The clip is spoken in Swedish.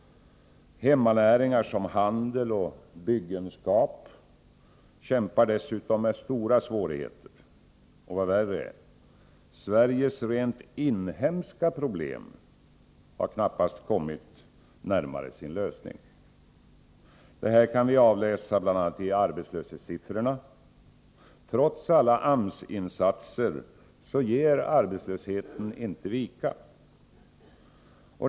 Hemmanäringar som handel och byggenskap kämpar dessutom med stora svårigheter. Vad värre är — Sveriges rent inhemska problem har knappast kommit närmare sin lösning. Det kan bl.a. avläsas i arbetslöshetssiffrorna. Trots alla AMS-insatser ger arbetslösheten inte vika.